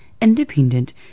independent